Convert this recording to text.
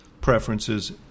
preferences